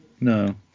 No